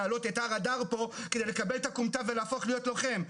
לעלות את הר אדר פה כדי לקבל את הכומתה ולהפוך להיות לוחם,